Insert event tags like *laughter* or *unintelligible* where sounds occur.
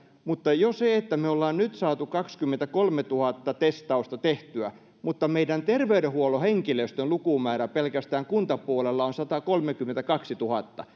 mutta jo se että me olemme nyt saaneet kaksikymmentäkolmetuhatta testausta tehtyä mutta meidän terveydenhuollon henkilöstön lukumäärä pelkästään kuntapuolella on satakolmekymmentäkaksituhatta *unintelligible*